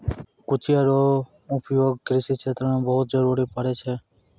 कचिया रो उपयोग कृषि क्षेत्र मे बहुत जरुरी पड़ै छै